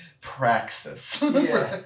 Praxis